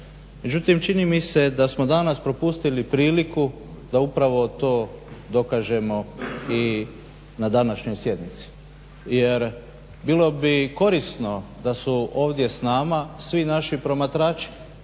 Međutim, čini mi se da smo danas propustili priliku da upravo to dokažemo i na današnjoj sjednici. Jer bilo bi korisno da su ovdje s nama svi naši promatrači